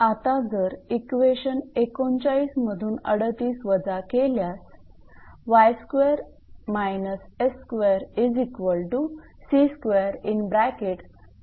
आता जर इक्वेशन 39 मधून 38 वजा केल्यास असे मिळेल